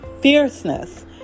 fierceness